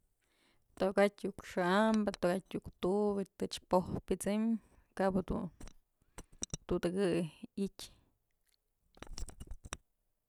Tokatyë iuk xa'ambë, tokatyë iuk tubë, tëch po'oj pyësëm kabë dun tudëkë ityë.